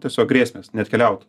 tiesiog grėsmės neatkeliautų